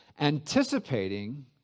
Anticipating